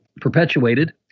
perpetuated